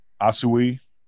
Asui